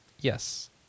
Yes